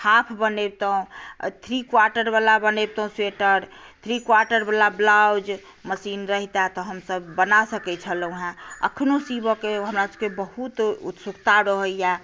half बनबितहुँ three quarter वाला बनबितहुँ स्वेटर थ्री क्वार्टर वाला ब्लाउज मशीन रहिता तहन तऽ बना सकै छलहुँ हँ अखनो सिवऽ केँ हमरा सभकेँ बहुत उत्सुकता रहैया